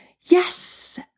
Yes